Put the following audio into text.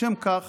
לשם כך